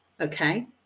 okay